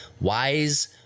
Wise